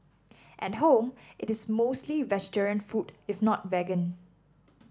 at home it is mostly vegetarian food if not vegan